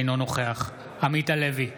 אינו נוכח עמית הלוי,